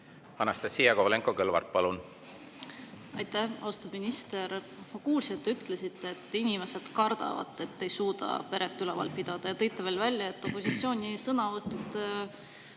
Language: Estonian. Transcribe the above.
Anastassia Kovalenko-Kõlvart, palun! Aitäh! Austatud minister! Ma kuulsin, et te ütlesite, et inimesed kardavad, et ei suuda peret üleval pidada, ja tõite veel välja, et opositsiooni sõnavõtud